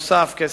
נוסף על כך,